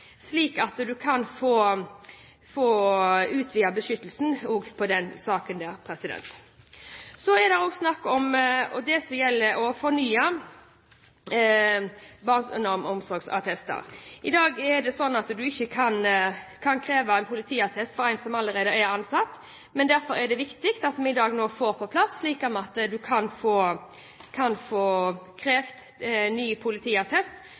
slik at en kan få utvidet beskyttelsen også her. Så til det som gjelder fornyet barneomsorgsrett. I dag er det slik at en ikke kan kreve politiattest av en som allerede er ansatt. Derfor er det viktig at vi nå i dag får dette på plass, slik at en kan kreve ny politiattest